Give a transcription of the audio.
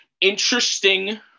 interesting